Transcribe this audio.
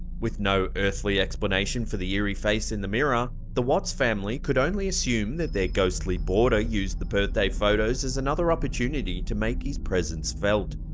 with no earthly explanation for the eerie face in the mirror, the watts family could only assume that their ghostly boarder used the birthday photos as another opportunity to make his presence felt.